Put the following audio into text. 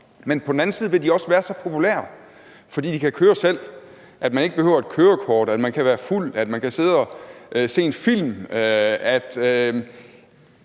men på den anden side vil de også være så populære, fordi de selv kan køre – altså fordi man ikke behøver et kørekort, fordi man kan være fuld, eller fordi man kan sidde og se en film.